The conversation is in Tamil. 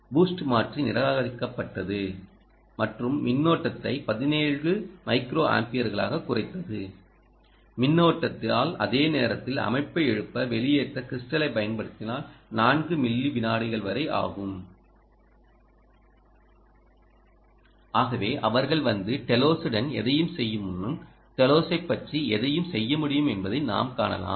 பூஸ்ட் மாற்றி நிராகரிக்கப்பட்டது மற்றும் MCU ATmega 128 ஆக மாற்றப்பட்டது இது மைக்கா2 நிலை மின்னோட்டத்தை 17 மைக்ரோ அம்பியர்களாகக் குறைத்தது மின்னோட்டத்தால் அதே நேரத்தில் அமைப்பை எழுப்ப வெளிப்புற க்றிஸ்டலை பயன்படுத்தினால் 4 மில்லி விநாடிகள் வரை ஆகும் ஆகவே அவர்கள் வந்து டெலோஸுடன் எதையும் செய்யுமுன் டெலோஸைப் பற்றி எதையும் செய்யமுடியும் என்பதை நாம் காணலாம்